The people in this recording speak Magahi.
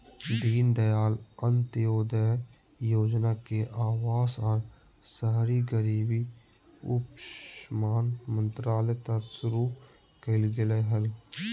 दीनदयाल अंत्योदय योजना के अवास आर शहरी गरीबी उपशमन मंत्रालय तहत शुरू कइल गेलय हल